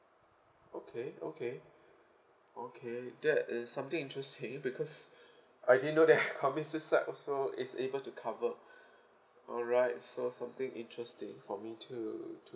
okay okay okay that is something interesting because I didn't know that commit suicide also is able to cover alright so something interesting for me to to